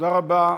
תודה רבה.